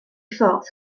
ffwrdd